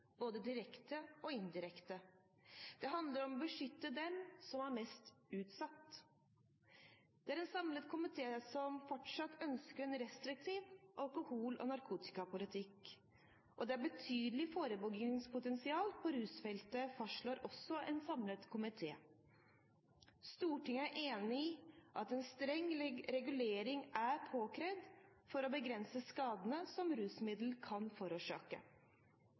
både direkte og indirekte, og det handler om å beskytte dem som er mest utsatt. Det er en samlet komité som fortsatt ønsker en restriktiv alkohol- og narkotikapolitikk. Det er et betydelig forebyggingspotensial på rusfeltet, fastslår også en samlet komité. Stortinget er enig i at en streng regulering er påkrevd for å begrense skadene som rusmidler kan forårsake.